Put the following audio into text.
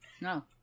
No